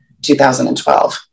2012